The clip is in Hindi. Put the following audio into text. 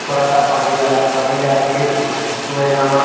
थोड़ा सा पानी डाला पानी डाल कर उसमें नमक